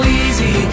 easy